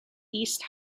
east